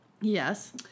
Yes